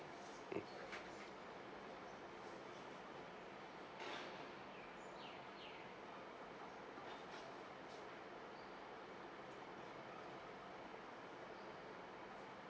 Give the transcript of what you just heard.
mm